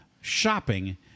shopping